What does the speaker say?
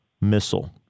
missile